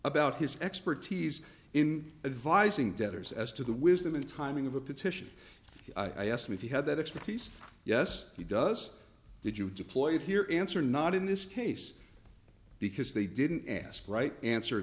about his expertise in advising debtors as to the wisdom and timing of a petition i asked him if he had that expect these yes he does did you deployed here answer not in this case because they didn't ask right answer